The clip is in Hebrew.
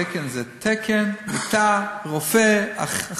תקן זה תקן, מיטה, רופא, אחות.